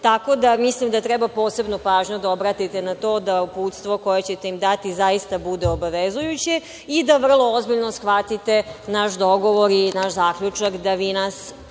tako da mislim da treba posebno pažnju da obratite na to da uputstvo koje ćete im dati zaista bude obavezujuće i da vrlo ozbiljno to shvatite, naš dogovor i naš zaključak, da vi nas